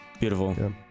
beautiful